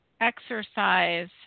exercise